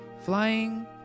flying